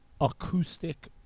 acoustic